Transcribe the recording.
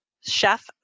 Chef